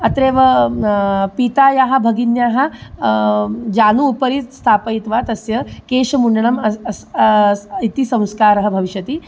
अत्रैव पितायाः भगिन्याः जानू उपरि स् स्थापयित्वा तस्य केशमुण्डनम् इति इति संस्कारः भविष्यति